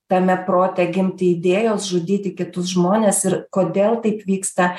tame prote gimti idėjos žudyti kitus žmones ir kodėl taip vyksta